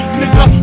nigga